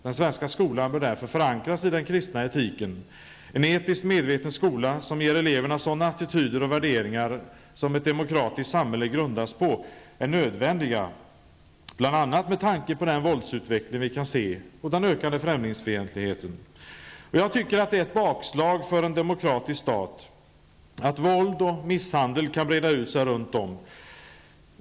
Den svenska skolan bör därför förankras i den kristna etiken. En etiskt medveten skola som ger eleverna sådana attityder och värderingar som ett demokratiskt samhälle grundas på är nödvändig bl.a. med tanke på den våldsutveckling vi kan se och den ökande främlingsfientligheten. Jag tycker det är ett bakslag för en demokratisk stat att våld och misshandel kan breda ut sig.